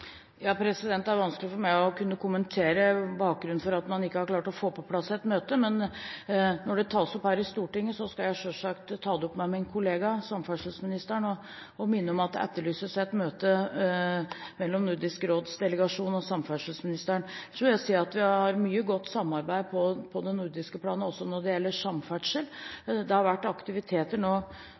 Det er vanskelig for meg å kunne kommentere bakgrunnen for at man ikke har klart å få på plass et møte, men når det tas opp her i Stortinget, skal jeg selvsagt ta det opp med min kollega, samferdselsministeren, og minne om at det etterlyses et møte mellom Nordisk råds delegasjon og samferdselsministeren. Så vil jeg si at vi har mye godt samarbeid på det nordiske planet også når det gjelder samferdsel. Et veldig synlig eksempel er det